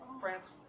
France